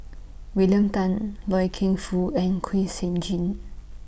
William Tan Loy Keng Foo and Kwek Siew Jin